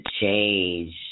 change